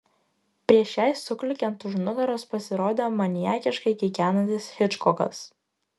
prieš jai suklykiant už nugaros pasirodė maniakiškai kikenantis hičkokas